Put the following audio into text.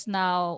now